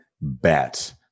bet